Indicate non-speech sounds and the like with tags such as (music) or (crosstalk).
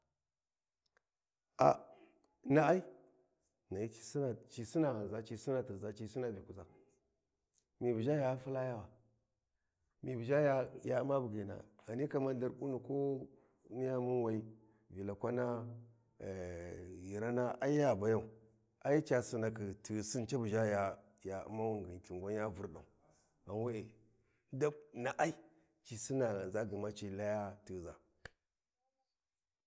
﻿A na'a na’ai ci Sinna ghanʒa ci sinna tirʒa ci Sina vyikuʒa, mi bu ʒha ya filayawa, mi bu ʒha ya Umma buglyina, ghani Ltharƙuna ko niya munwai, Vilakwana (hesitation) gyirana ai ya bayan ai ca Sinikhi tighisin ca bu ʒha ya ya Ummah lthin gwan ya Vurɗau ghan we’e dab na’ai ci sina ghanʒa gma ci laya tighiʒa.